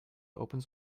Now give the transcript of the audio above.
open